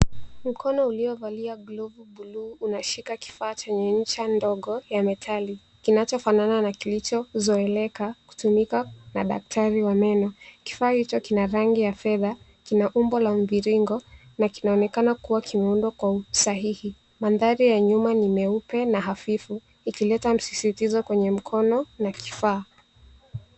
Mkono uliovalia glovu buluu unashika kifaa chenye inja ndogo ya metali kilichofanana na kilichozoeleka kutumika na daktari wa meno. Kifaa hicho kina rangi ya fedha kina umbo la mviringo na kinaonekana kuwa kimeundwa kwa usahihi. Mandhari ya nyuma ni meupe na hafifu ikileta msisitizo kwenye mkono na kifaa.